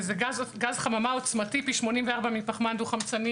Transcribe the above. זה גז חממה עוצמתי פי 84 מפחמן דו חמצני